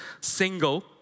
single